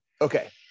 Okay